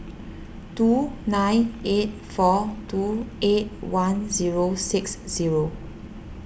two nine eight four two eight one zero six zero